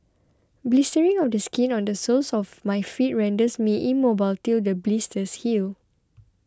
blistering of the skin on the soles of my feet renders me immobile till the blisters heal